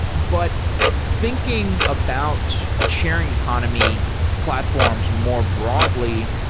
but thinking about sharing economy platforms more broadly,